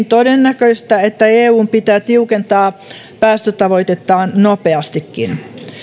todennäköistä että eun pitää tiukentaa päästötavoitettaan nopeastikin